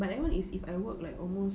but that one is if I work like almost